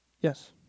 Yes